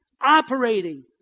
operating